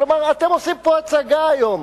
כלומר, אתם עושים פה הצגה היום,